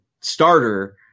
starter